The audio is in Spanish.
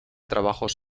trabajos